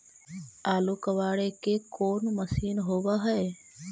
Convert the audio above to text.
आलू कबाड़े के कोन मशिन होब है?